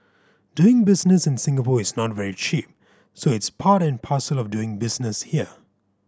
doing business in Singapore is not very cheap so it's part and parcel of doing business here